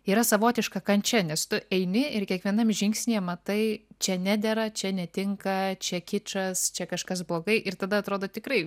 yra savotiška kančia nes tu eini ir kiekvienam žingsnyje matai čia nedera čia netinka čia kičas čia kažkas blogai ir tada atrodo tikrai